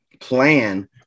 plan